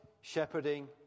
shepherding